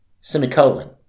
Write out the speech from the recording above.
semicolon